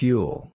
Fuel